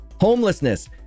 homelessness